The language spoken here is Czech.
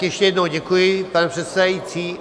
Ještě jednou děkuji, pane předsedající.